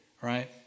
right